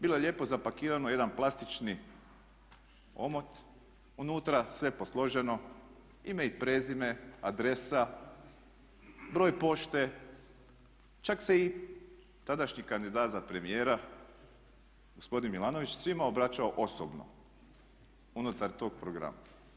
Bilo je lijepo zapakirano, jedan plastični omot, unutra sve posloženo, ime i prezime, adresa, broj pošte, čak se i tadašnji kandidat za premijera gospodin Milanović svima obraćao osobno unutar tog programa.